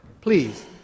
Please